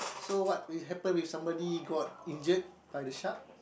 so what will happen if somebody got injured by the shark